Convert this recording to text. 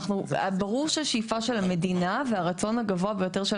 ברור שהשאיפה של המדינה והרצון הגבוה ביותר של